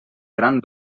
gran